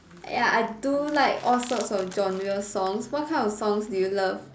ya I do like all sorts of genre songs what kind of songs do you love